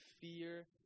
fear